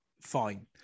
fine